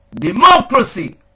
democracy